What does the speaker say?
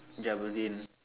Jabudeen